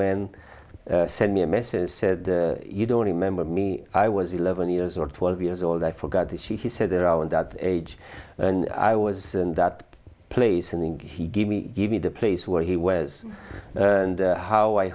man sent me a message said you don't remember me i was eleven years or twelve years old i forgot that she he said there are in that age i was in that place and then he gave me give me the place where he was and how i